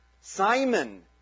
Simon